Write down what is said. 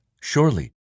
Surely